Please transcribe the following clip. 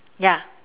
ya